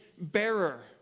bearer